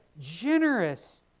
generous